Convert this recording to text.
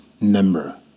number